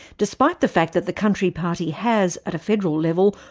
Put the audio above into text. despite the fact that the country party has, at a federal level,